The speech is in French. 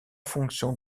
fonction